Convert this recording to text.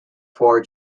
four